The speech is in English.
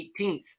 18th